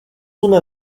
una